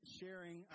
sharing